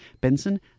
Benson